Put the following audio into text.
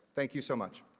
thank you so much.